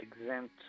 exempt